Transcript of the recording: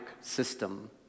system